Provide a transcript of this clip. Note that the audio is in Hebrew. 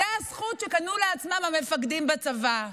זו הזכות שקנו לעצמם המפקדים בצבא,